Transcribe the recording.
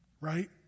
right